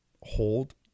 hold